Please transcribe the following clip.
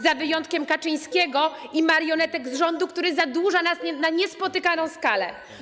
Z wyjątkiem Kaczyńskiego i marionetek z rządu, który zadłuża nas na niespotykaną skalę.